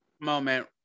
moment